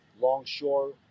Longshore